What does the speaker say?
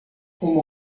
uma